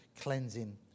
cleansing